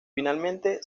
finalmente